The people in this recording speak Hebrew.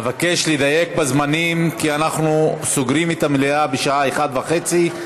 אבקש לדייק בזמנים כי אנחנו סוגרים את המליאה בשעה 13:30,